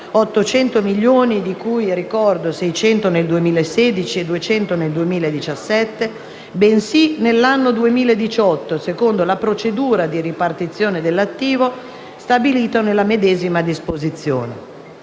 (800 milioni, di cui 600 nel 2016 e 200 nel 2017), bensì nell'anno 2018, secondo la procedura di ripartizione dell'attivo, stabilita nella medesima disposizione.